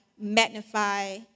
magnify